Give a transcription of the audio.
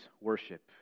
worship